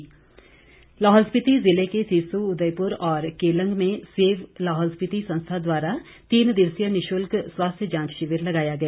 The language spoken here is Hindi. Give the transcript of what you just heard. जांच शिविर लाहौल स्पिति ज़िले के सिसू उयदपुर और केलंग में सेब लाहौल स्पिति संस्था द्वारा तीन दिवसीय निःशुल्क स्वास्थ्य जांच शिविर लगाया गया